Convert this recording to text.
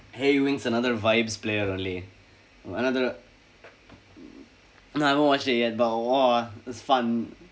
harry winks another vibes player only another no I haven't watch it yet but !wah! it's fun